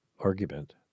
Argument